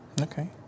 Okay